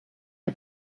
que